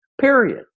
period